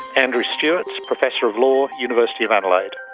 andrew stewart, professor of law, university of adelaide.